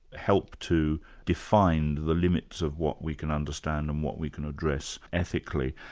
help to define the limits of what we can understand and what we can address ethically.